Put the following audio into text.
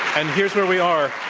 and here's where we are.